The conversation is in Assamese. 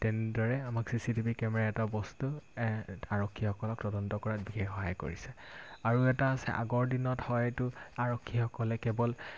তেনেদৰে আমাক চি চি টিভি কেমেৰা এটা বস্তু আৰক্ষীসকলক তদন্ত কৰাত বিশেষ সহায় কৰিছে আৰু এটা আছে আগৰ দিনত হয়তো আৰক্ষীসকলে কেৱল